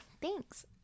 thanks